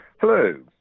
Hello